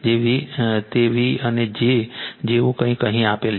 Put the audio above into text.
તે v અને j જેવું કંઈક અહીં આપેલ છે